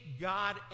God